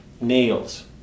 nails